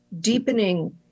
deepening